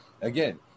Again